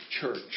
church